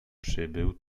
przybył